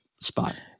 spot